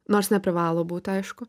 nors neprivalo būti aišku